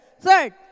Third